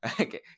okay